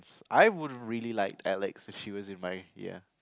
I would really like Alex if she was in my